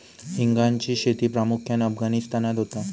हिंगाची शेती प्रामुख्यान अफगाणिस्तानात होता